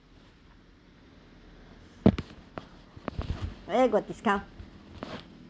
where got discount